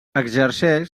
exerceix